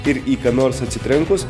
ir į ką nors atsitrenkus